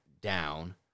down